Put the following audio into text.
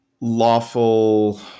lawful